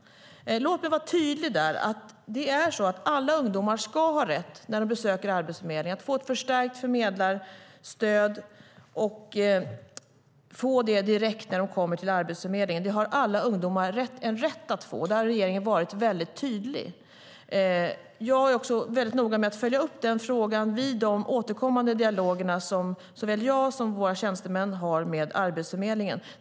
Låt mig vara tydlig. Alla ungdomar ska ha rätt till ett förstärkt förmedlarstöd, och detta ska de få direkt när de kommer till Arbetsförmedlingen. Det har alla ungdomar rätt att få; där har regeringen varit tydlig. Jag är noga med att följa upp denna fråga vid de återkommande dialoger som såväl jag som våra tjänstemän har med Arbetsförmedlingen.